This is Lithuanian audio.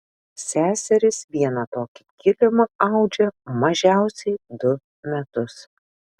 seserys vieną tokį kilimą audžia mažiausiai du metus